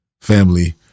Family